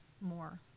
more